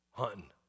hunting